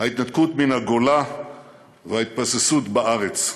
ההתנתקות מן הגולה וההתבססות בארץ: